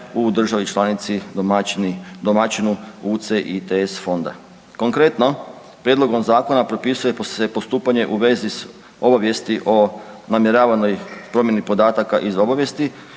u državi članici domaćinu UCITS fonda. Konkretno, prijedlogom zakona propisuje se postupanje u vezi s obavijesti o namjeravanoj promjeni podataka iz obavijesti